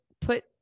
put